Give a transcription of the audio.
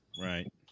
Right